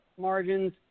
margins